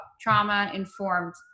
trauma-informed